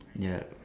ya